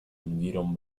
hundieron